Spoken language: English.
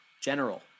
general